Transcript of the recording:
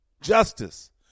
Justice